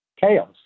chaos